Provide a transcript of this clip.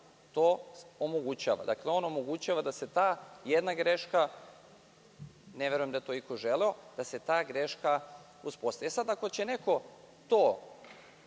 to omogućava. On omogućava da se ta jedna greška, ne verujem da je iko želeo da se ta greška uspostavi. Sada ako će neko to,